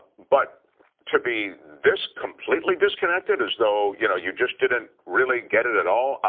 but to be this completely disconnected, as though you know you just didn't really get it at all?